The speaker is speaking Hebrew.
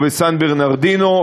או בסן-ברנרדינו,